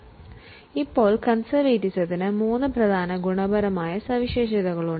concept of കോൺസെർവറ്റിസത്തിനു മൂന്ന് പ്രധാന ഗുണപരമായ സവിശേഷതകളുണ്ട്